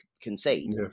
concede